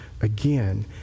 again